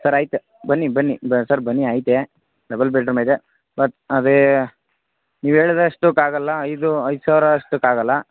sir ಐತೆ ಬನ್ನಿ ಬನ್ನಿ ಸರ್ ಬನ್ನಿ ಐತೆ ಡಬಲ್ ಬೆಡ್ರೂಮೆ ಇದೆ ಬಟ್ ಅದೆ ನೀವು ಹೇಳ್ದ್ ಅಷ್ಟುಕ್ಕೆ ಆಗೋಲ್ಲ ಐದು ಐದು ಸಾವಿರ ಅಷ್ಟುಕ್ಕೆ ಆಗೋಲ್ಲ